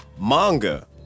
manga